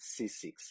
c6